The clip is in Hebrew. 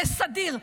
לסדיר.